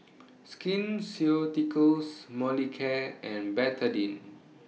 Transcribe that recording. Skin Ceuticals Molicare and Betadine